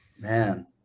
Man